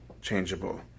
changeable